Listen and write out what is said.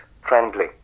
friendly